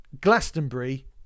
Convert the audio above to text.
glastonbury